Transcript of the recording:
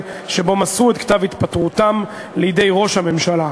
שבו מסרו את כתב התפטרותם לידי ראש הממשלה.